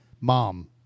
Mom